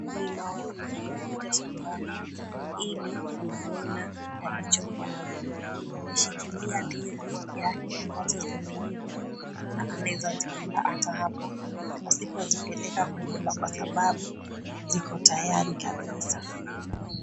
Mkulima huyu amekuja shambani ili kuvuna alichopanda. Ameshikilia ndizi yake ambazo zimeiva na anaeza zikula hata hipo asipozipeleka kwa nyumba kwa sababu ziko tayari kabisa.